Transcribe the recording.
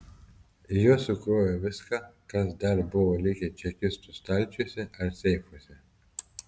į juos sukrovė viską kas dar buvo likę čekistų stalčiuose ar seifuose